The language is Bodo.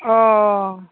अ